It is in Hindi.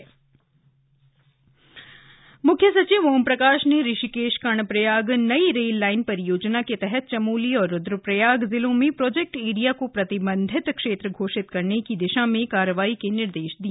मुख्य सचिव म्ख्य सचिव ओमप्रकाश ने ऋषिकेश कर्णप्रयाग नई रेल लाइन परियोजना के तहत चमोली और रुद्रप्रयाग जिलों मैं प्रोजेक्ट एरिया को प्रतिबंधित क्षेत्र घोषित करने की दिशा में कार्रवाई के निर्देश दिए